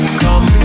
come